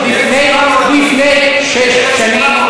ב-1800.